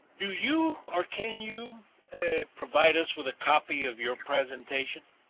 do you, or can you provide us with a copy of your presentation?